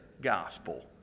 gospel